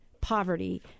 poverty